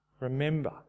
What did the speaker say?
Remember